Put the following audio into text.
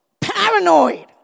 paranoid